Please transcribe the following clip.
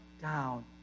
down